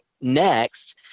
next